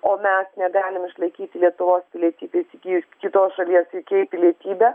o mes negalim išlaikyti lietuvos pilietybės įgijus kitos šalies uk pilietybę